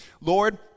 Lord